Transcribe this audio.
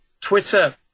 Twitter